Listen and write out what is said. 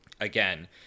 again